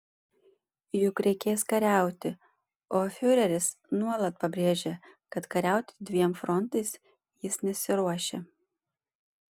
juk reikės kariauti o fiureris nuolat pabrėžia kad kariauti dviem frontais jis nesiruošia